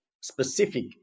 specific